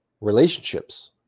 relationships